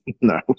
No